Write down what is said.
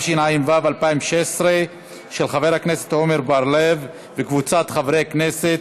של חבר הכנסת עמר בר-לב וקבוצת חברי הכנסת.